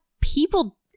people